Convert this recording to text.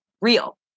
real